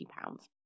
pounds